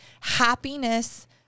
happiness